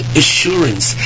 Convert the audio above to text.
assurance